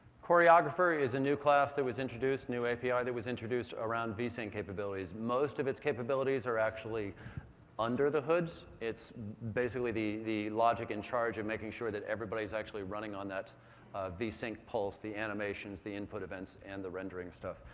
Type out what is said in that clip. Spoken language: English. choreographer is a new class that was introduced, new api that was introduced around vsync capabilities. most of its capabilities are actually under the hoods. it's basically the the logic in charge of making sure that everybody's actually running on that vsync pulse, the animations, the input events, and the rendering stuff.